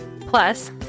Plus